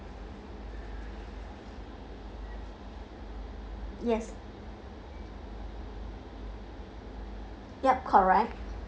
yes yup correct